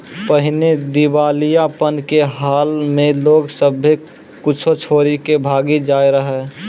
पहिने दिबालियापन के हाल मे लोग सभ्भे कुछो छोरी के भागी जाय रहै